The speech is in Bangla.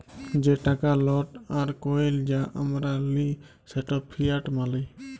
যে টাকা লট আর কইল যা আমরা লিই সেট ফিয়াট মালি